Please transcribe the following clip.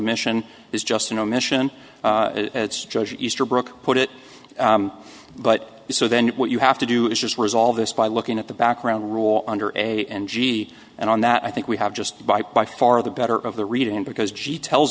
mission is just an omission judge easterbrook put it but if so then what you have to do is just resolve this by looking at the background rule under a and g and on that i think we have just by by far the better of the reading because she tells